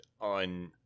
on